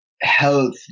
health